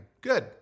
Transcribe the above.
Good